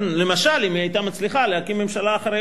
למשל אם היא היתה מצליחה להקים ממשלה אחרי